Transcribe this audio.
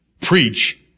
preach